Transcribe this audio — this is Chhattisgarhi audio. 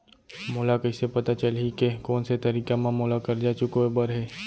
मोला कइसे पता चलही के कोन से तारीक म मोला करजा चुकोय बर हे?